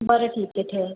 बरं ठीक आहे ठेवा